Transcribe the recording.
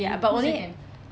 but only